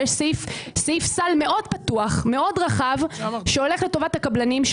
יש סעיף סל מאוד פתוח ומאוד רחב שהולך לטובת הקבלנים,